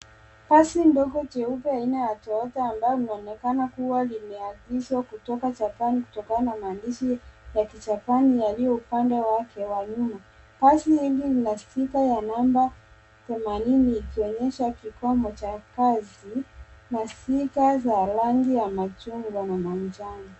Basi ndogo jeupe aina ya toyota ambayo inaonekana kuwa limeagizwa kutoka japan kutokana na maandishi ya kijapan yaliyo upande wake wa nyuma. Basi hili lina stika ya namba themanini ikionyesha kikwambo cha kazi na stika za rangi ya machungwa na manjano.